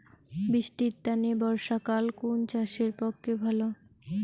বৃষ্টির তানে বর্ষাকাল কুন চাষের পক্ষে ভালো?